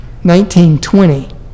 1920